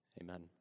Amen